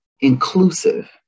inclusive